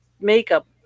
makeup